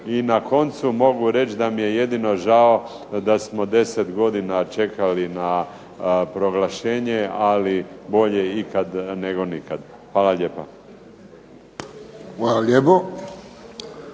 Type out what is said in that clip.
I na koncu mogu reći da mi je jedino žao da smo 10 godina čekali na proglašenje, ali bolje ikad nego nikad. Hvala lijepo. **Friščić,